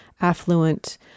affluent